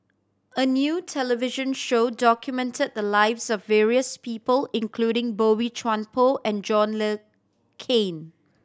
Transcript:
a new television show documented the lives of various people including Boey Chuan Poh and John Le Cain